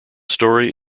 story